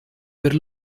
per